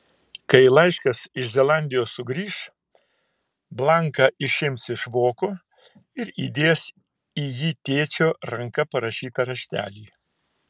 kai laiškas iš zelandijos sugrįš blanką išims iš voko ir įdės į jį tėčio ranka parašytą raštelį